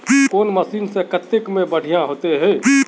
कौन मशीन से कते में बढ़िया होते है?